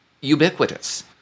ubiquitous